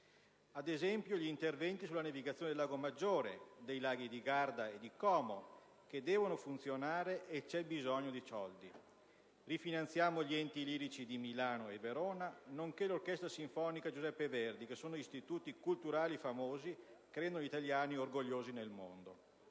Ad esempio, gli interventi sulla navigazione sul lago Maggiore, sui laghi di Garda e di Como, che devono funzionare, e c'è bisogno di soldi. Rifinanziamo gli enti lirici di Milano e di Verona, nonché l'orchestra sinfonica «Giuseppe Verdi», che sono istituti culturali famosi, che rendono orgogliosi gli italiani nel mondo.